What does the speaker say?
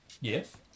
Yes